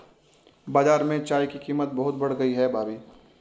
बाजार में चाय की कीमत बहुत बढ़ गई है भाभी